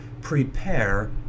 Prepare